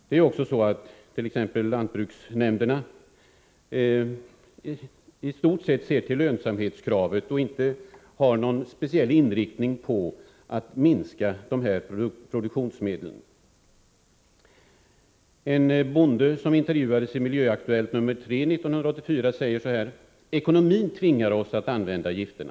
Det är också så att t.ex. lantbruksnämnderna i stort sett ser till lönsamhetskravet och inte har någon speciell inriktning på att minska dessa produktionsmedel. En bonde, som intervjuas i Miljöaktuellt nr 3 1984, säger: ”Ekonomin tvingar oss att använda gifterna.